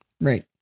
Right